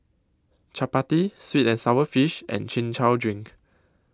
Chappati Sweet and Sour Fish and Chin Chow Drink